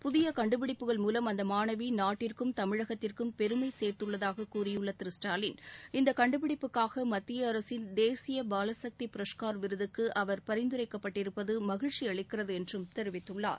புதிய கண்டுபிடிப்புகள் மூலம் அந்த மாணவி நாட்டிற்கும் தமிழகத்திற்கும் பெருமை சேர்த்துள்ளதாக கூறியுள்ள திரு ஸ்டாவின் இந்த கண்டுபிடிப்புக்காக மத்திய அரசின் தேசிய பாலசக்தி புரஷ்கார் விருதுக்கு அவர் பரிந்துரைக்கப்பட்டிருப்பது மகிழ்ச்சி அளிக்கிறது என்று தெரிவித்துள்ளார்